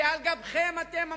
כי על גבכם, אתם המושבניקים,